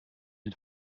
den